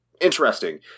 Interesting